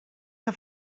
que